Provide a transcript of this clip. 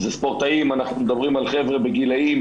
אלה ספורטאים, אנחנו מדברים על חבר'ה בגילאים